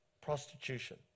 prostitution